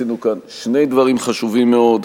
שעשינו כאן שני דברים חשובים מאוד.